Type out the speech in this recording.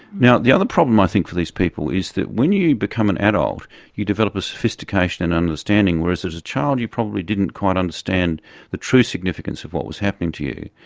now, the other problem i think for these people is that when you become an adult you develop a sophistication and understanding, whereas as a child you probably didn't quite understand the true significance of what was happening to you.